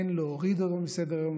אין להוריד אותו מסדר-היום.